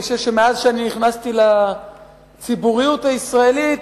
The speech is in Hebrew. אני חושב שמאז שאני נכנסתי לציבוריות הישראלית,